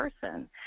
person